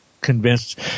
convinced